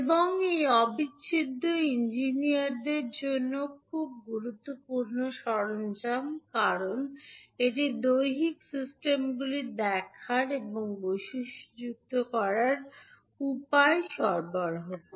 এবং এই অবিচ্ছেদ্য ইঞ্জিনিয়ারদের জন্য খুব গুরুত্বপূর্ণ সরঞ্জাম কারণ এটি দৈহিক সিস্টেমগুলি দেখার এবং বৈশিষ্ট্যযুক্ত করার উপায় সরবরাহ করে